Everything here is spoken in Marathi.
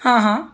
हां हां